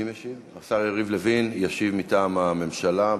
השר יריב לוין ישיב מטעם הממשלה.